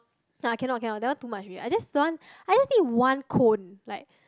no I cannot cannot that one too much already I just don't want I just need one cone like